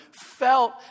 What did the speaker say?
felt